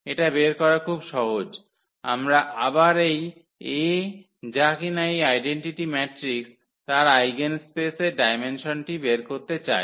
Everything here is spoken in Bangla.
এটা বের করা খুব সহজ আমরা আবার এই A যা কিনা এই আইডেন্টিটি ম্যাট্রিক্স তার আইগেনস্পেসের ডায়মেনসনটি বের করতে চাই